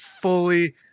fully